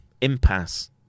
impasse